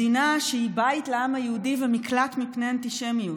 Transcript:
מדינה שהיא בית לעם היהודי ומקלט מפני אנטישמיות,